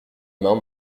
main